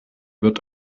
wird